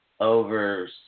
over